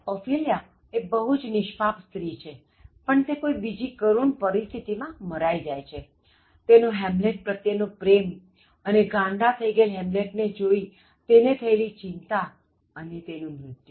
Ophelia બહુ જ નિષ્પાપ સ્ત્રી છે પણ તે કોઇ બીજી કરુણ પરિસ્થિતિમાં મરાઇ જાય છે તેનો હેમ્લેટ પ્રત્યે નો પ્રેમઅને ગાંડા થઈ ગયેલ હેમ્લેટ ને જોઇ તેને થયેલી ચિંતા અને તેનું મૃત્યુ